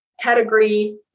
category